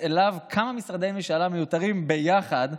אליו כמה משרדי ממשלה מיותרים ביחד,